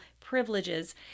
privileges